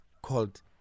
called